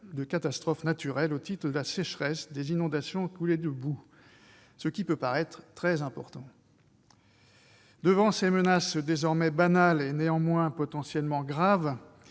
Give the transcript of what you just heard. de catastrophe naturelle au titre de la sécheresse ou des inondations et coulées de boue, ce qui peut paraître très important. Devant ces menaces désormais banales, et néanmoins potentiellement graves,